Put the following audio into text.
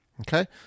Okay